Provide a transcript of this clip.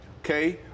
Okay